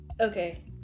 Okay